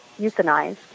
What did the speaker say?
euthanized